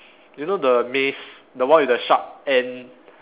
you know the maze the one with the sharp end